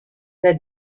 they